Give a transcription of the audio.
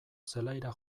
zelaira